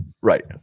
Right